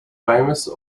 famous